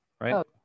right